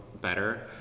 better